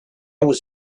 was